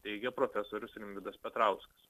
teigia profesorius rimvydas petrauskas